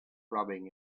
rubbing